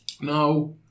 No